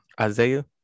Isaiah